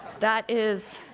that is,